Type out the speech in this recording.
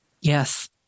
Yes